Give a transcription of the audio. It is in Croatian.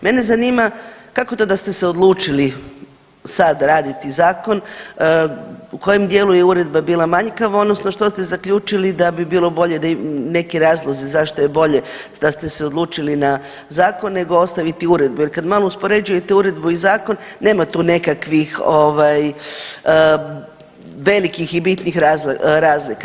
Mene zanima kako to da ste se odlučili sad raditi zakon, u kojem dijelu je uredba bila manjkava odnosno što ste zaključili da bi bilo bolje, neki razlozi zašto je bolje da ste se odlučili na zakon nego ostaviti uredbu jer kad malo uspoređujete uredbu i zakon nema tu nekakvih ovaj velikih i bitnih razlika.